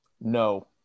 no